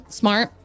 smart